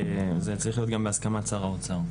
זה צריך להיות בהסכמת שר האוצר.